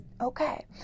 Okay